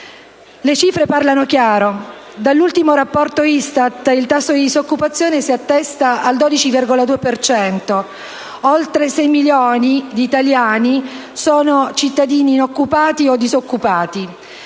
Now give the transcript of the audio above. Le cifre parlano chiaro: dall'ultimo rapporto ISTAT, il tasso di disoccupazione si attesta al 12,2 per cento; oltre 6 milioni di italiani sono cittadini inoccupati o disoccupati.